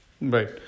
Right